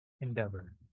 endeavor